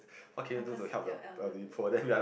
of course you are elderly